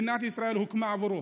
מדינת ישראל הוקמה עבורו.